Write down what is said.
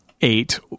eight